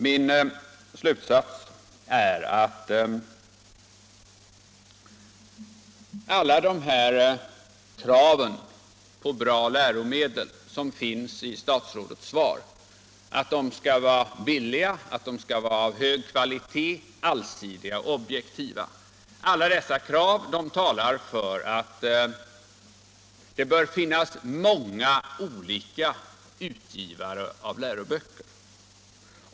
Min slutsats är att alla de krav på bra läromedel som finns angivna i statsrådets svar — att de skall vara billiga, att de skall vara av hög kvalitet, att de skall vara allsidiga och objektiva — talar för att det bör finnas många olika utgivare av läroböcker.